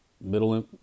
middle